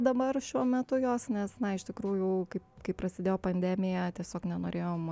dabar šiuo metu jos nes na iš tikrųjų kaip kai prasidėjo pandemija tiesiog nenorėjom